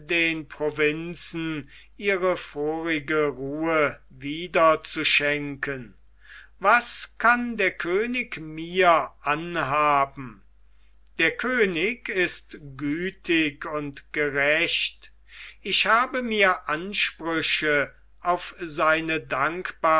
den provinzen ihre vorige ruhe wieder zu schenken was kann der könig mir anhaben der könig ist gütig und gerecht ich habe mir ansprüche auf seine